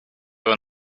were